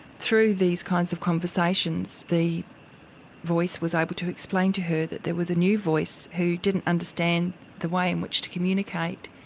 through these kinds of conversations the voice was able to explain to her that there was a new voice who didn't understand the way in which to communicate.